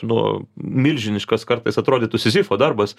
nu milžiniškas kartais atrodytų sizifo darbas